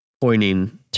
pointing